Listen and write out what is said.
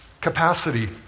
capacity